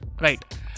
right